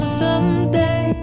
someday